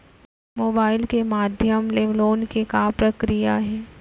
Mobile के माधयम ले लोन के का प्रक्रिया हे?